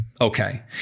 okay